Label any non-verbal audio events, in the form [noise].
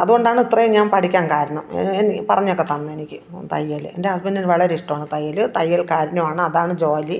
അതുകൊണ്ടാണ് ഇത്രയും ഞാൻ പഠിക്കാൻ കാരണം [unintelligible] പറഞ്ഞൊക്കെ തന്നെനിക്ക് തയ്യല് എൻ്റെ ഹസ്ബൻറ്റിന് വളരെ ഇഷ്ടമാണ് തയ്യല് തയ്യൽക്കാരനുമാണ് അതാണ് ജോലി